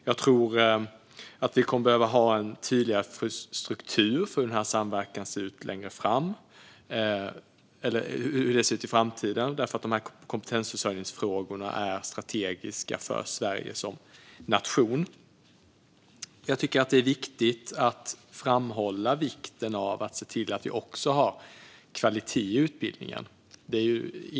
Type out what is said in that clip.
Jag tror att vi kommer att behöva ha en tydligare struktur för hur samverkan ska se ut i framtiden, för kompetensförsörjningsfrågorna är strategiska för Sverige som nation. Jag tycker att det är viktigt att framhålla vikten av att se till att vi har kvalitet i utbildningen.